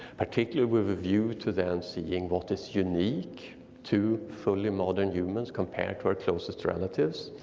particularly with a view to then seeing what is unique to fully modern humans compared to our closest relatives.